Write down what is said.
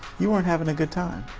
you weren't having a good time?